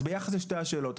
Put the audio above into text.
אז ביחד את שתי השאלות,